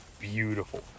beautiful